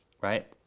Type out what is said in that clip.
right